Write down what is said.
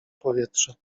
powietrze